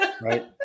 Right